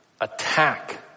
attack